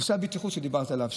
נושא הבטיחות שדיברת עליו,